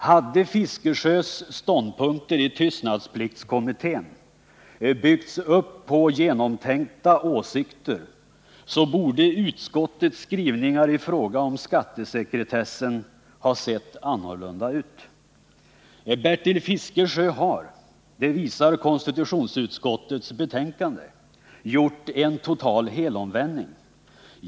Hade Bertil Fiskesjös ståndpunkter i tystnadspliktskommittén byggts upp på genomtänkta åsikter så borde utskottets skrivningar i fråga om skattesekretessen ha sett annorlunda ut. Bertil Fiskesjö har, det visar konstitutionsutskottets betänkande, gjort en total helomvändning.